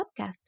podcast